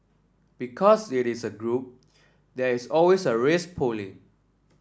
because it is a group there is always a risk pooling